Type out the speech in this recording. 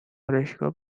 آرایشگاه